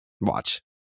watch